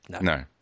No